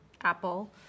Apple